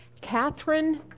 Catherine